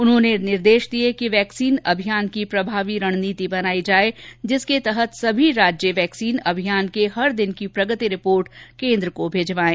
उन्होने निर्देश दिये कि वैक्सीन अभियान की प्रभावी रणनीति बनाई जाये जिसके तहत सभी राज्य वैक्सीन अभियान के हर दिन की प्रगति रिपोर्ट केन्द्र को भिजवाये